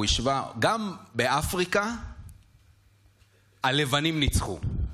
הוא השווה: גם באפריקה הלבנים ניצחו.